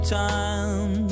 time